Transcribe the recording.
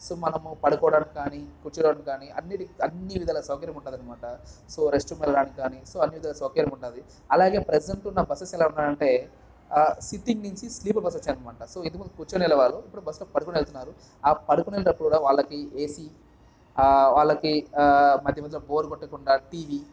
so మనము పడుకోటానికి కాని కూర్చోటానికి కాని అన్నిటికి అన్ని విధాల సౌకర్యం ఉంటదనమాట సో రెస్ట్రూమ్కి వెళ్ళటానికి కాని సో అన్ని సౌకర్యంగా ఉంటుంది అలాగే ప్రెజెంట్ ఉన్న బస్సెస్ ఎలా ఉన్నాయంటే సిట్టింగ్ నుంచి స్లీపర్ బస్సెస్ వచ్చాయనమాట సో ఇంతకముందు కూర్చుని వెల్లేవాళ్లు ఇప్పుడు బస్లో పడుకుని వెళుతున్నారు ఆ పడుకునేటప్పుడు కూడ వాళ్ళకి ఈ ఏసీ వాళ్ళకి మధ్య మధ్యలో బోరు కొట్టకుండా టీవీ